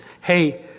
Hey